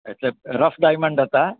એટલે rough diamond હતાં